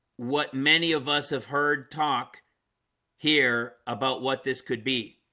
what many of us have heard talk here about what this could be,